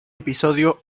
episodio